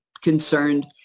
concerned